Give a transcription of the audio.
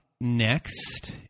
next